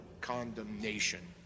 condemnation